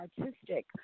artistic